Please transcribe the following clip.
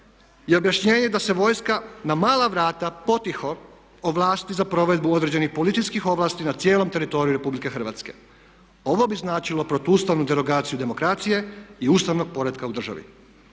je objašnjenje da se vojska na mala vrata, potiho, ovlasti za provedbu određenih policijskih ovlasti na cijelom teritoriju Republike Hrvatske. Ovo bi značilo portuustavnu derogaciju demokracije i ustavnog poretka u državi.